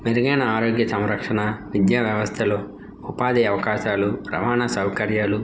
మెరుగైన ఆరోగ్య సంరక్షణా విద్యా వ్యవస్థలో ఉపాధి అవకాశాలు రవాణా సౌకర్యాలు